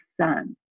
son